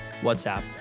WhatsApp